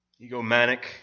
egomanic